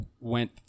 went